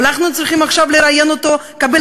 אולי אנחנו צריכים עכשיו לראיין אותו קבל